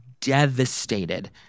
devastated